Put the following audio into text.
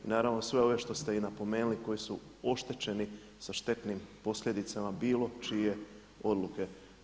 I naravno sve ove što ste i napomenuli koji su oštećeni sa štetnim posljedicama bilo čije odluke.